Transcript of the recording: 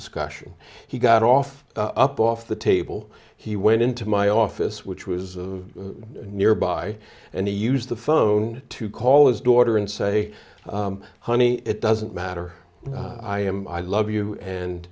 discussion he got off up off the table he went into my office which was nearby and he used the phone to call his daughter and say honey it doesn't matter i am i love you and